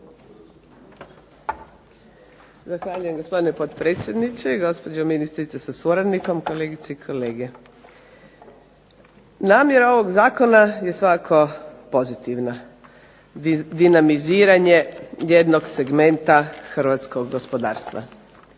Zahvaljujem gospodine potpredsjedniče. Gospođo ministrice sa suradnikom, kolegice i kolege. Namjera ovog zakona je svakako pozitivna. Dinamiziranje jednog segmenta hrvatskog gospodarstva